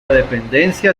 dependencia